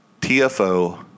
TFO